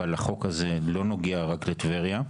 אבל החוק הזה לא נוגע רק לטבריה.